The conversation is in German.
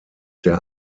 der